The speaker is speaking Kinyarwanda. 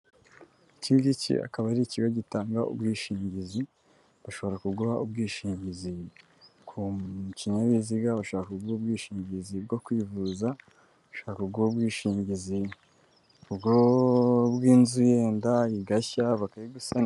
Kigiki akaba ari ikigo gitanga ubwishingizi bashobora kuguha ubwishingizi ku kinyabiziga bashaka guha ubwishingizi bwo kwivuza shaka bwishingizi bw'inzu yenda igashya bakayigusanira.